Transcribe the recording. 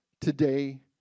today